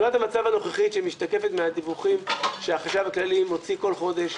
תמונת המצב הנוכחית שמשתקפת מהדיווחים שהחשב הכללי מוציא כל חודש,